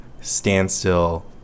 Standstill